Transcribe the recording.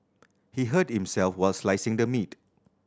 he hurt himself while slicing the meat